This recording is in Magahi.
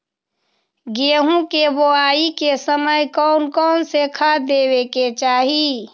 गेंहू के बोआई के समय कौन कौन से खाद देवे के चाही?